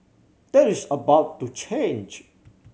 that is about to change